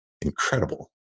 incredible